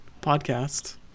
podcast